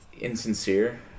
insincere